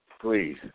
please